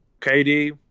KD